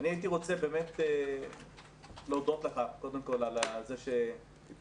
אני הייתי רוצה באמת להודות לך קודם כל על זה שהצלחתם